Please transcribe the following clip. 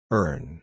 Earn